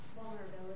Vulnerability